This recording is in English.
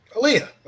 Aaliyah